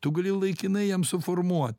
tu gali laikinai jam suformuot